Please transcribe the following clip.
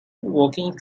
walking